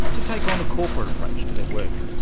to take on a corporate approach to their work.